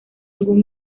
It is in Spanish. algún